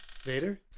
Vader